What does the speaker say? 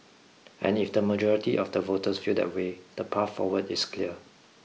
and if the majority of the voters feel that way the path forward is clear